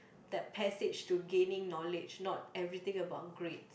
that passage to gaining knowledge not everything about grades